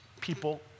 People